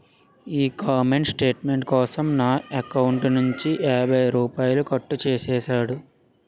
ఈ comment statement కోసం నా ఎకౌంటు నుంచి యాభై రూపాయలు కట్టు చేసేసాడు